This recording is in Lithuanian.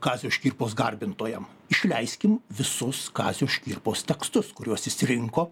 kazio škirpos garbintojam išleiskim visus kazio škirpos tekstus kuriuos jis rinko